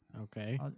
Okay